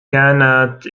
كانت